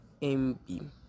MB